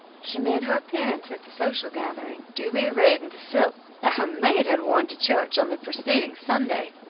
she made her appearance at the social gathering, duly arrayed in the silk that her maid had worn to church on the preceding sunday.